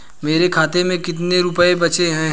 मेरे खाते में कितने रुपये बचे हैं?